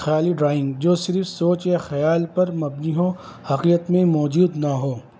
خیالی ڈرائنگ جو صرف سوچ یا خیال پر مبنی ہو حقیت میں موجود نہ ہو